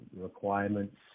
requirements